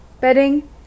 bedding